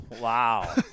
Wow